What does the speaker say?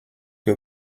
que